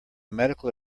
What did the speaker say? medical